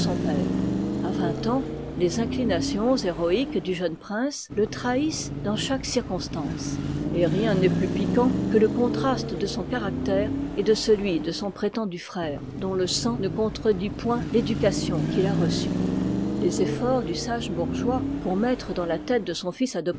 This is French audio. a vingt ans les inclinations héroïques du jeune prince le trahissent dans chaque circonstance et rien n'est plus piquant que le contraste de son caractère et de celui de son prétendu frère dont le sang ne contredit point l'éducation qu'il a reçue les efforts du sage bourgeois pour mettre dans la tête de son fils